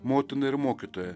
motina ir mokytoja